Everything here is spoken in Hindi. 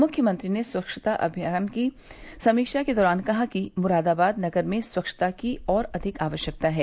मुख्यमंत्री जी ने स्वच्छता कार्यक्रम की समीक्षा के दौरान कहा कि मुरादाबाद नगर में स्वच्छता की और अधिक आवश्यकता है